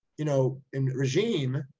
you know, in regime,